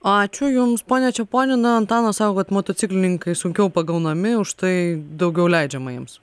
ačiū jums pone čeponi na antanas sako kad motociklininkai sunkiau pagaunami už tai daugiau leidžiama jiems